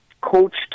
coached